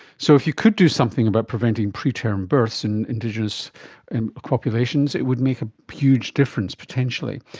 so if you could do something about preventing preterm births in indigenous and ah populations it would make a huge difference potentially.